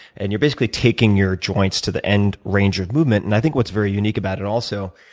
and you're basically taking your joints to the end range of movement. and i think what's very unique about it also,